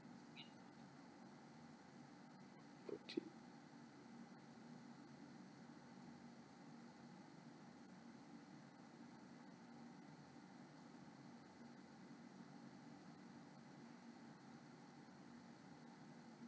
okay